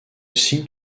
cygne